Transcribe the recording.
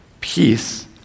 peace